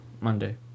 Monday